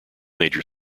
major